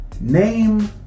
Name